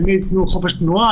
למי יתנו חופש תנועה,